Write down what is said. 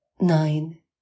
Nine